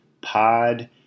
pod